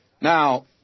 Now